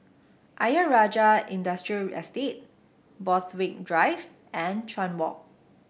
Ayer Rajah Industrial Estate Borthwick Drive and Chuan Walk